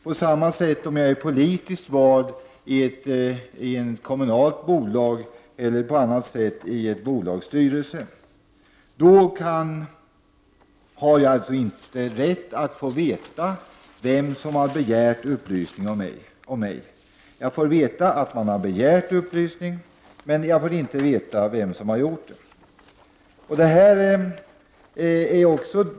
På samma sätt förhåller det sig om jag är politisk vald i ett kommunalt bolag. Då har jag inte rätt att få veta vem som har begärt upplysning om mig. Jag får veta att det har begärts upplysning om mig, men jag får alltså inte veta vem som har gjort det.